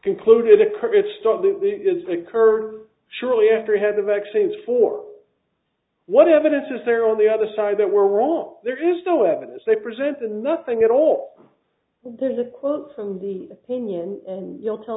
to occur surely after he had the vaccines for what evidence is there on the other side that were wrong there is no evidence they presented nothing at all there's a quote from the opinion and you'll tell